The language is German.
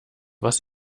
was